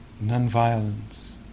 non-violence